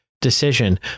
decision